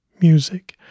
music